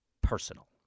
personal